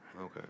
Okay